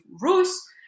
Rus